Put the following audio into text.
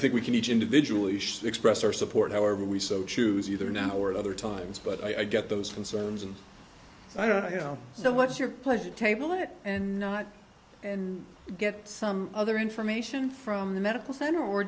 think we can each individual express or support however we so choose either now or at other times but i get those concerns and i don't know so what's your pleasure table it and not and get some other information from the medical center or